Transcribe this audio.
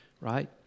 right